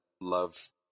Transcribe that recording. love